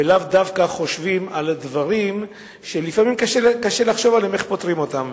ולאו דווקא חושבים על הדברים שלפעמים קשה לחשוב איך פותרים אותם,